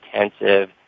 intensive